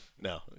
No